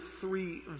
three